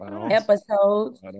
episodes